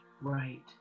Right